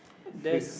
what there's